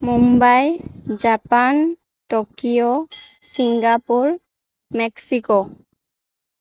Mumbai Japan Tokyo Singapore Mexico